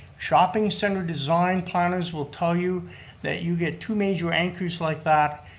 shopping center design planners will tell you that you get two major anchors like that,